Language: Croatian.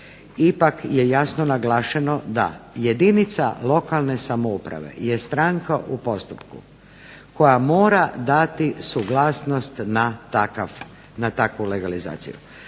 ipak je jasno naglašeno da jedinica lokalne samouprave je stranka u postupku koja mora dati suglasnost na takvu legalizaciju.